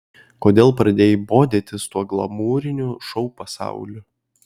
kodėl pradėjai bodėtis tuo glamūriniu šou pasauliu